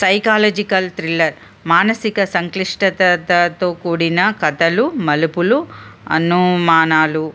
psychological thriller మానసిక సంక్లిష్టతతతో కూడిన కథలు మలుపులు అనుమానాలు